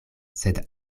sed